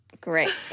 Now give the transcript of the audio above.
Great